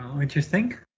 interesting